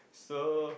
so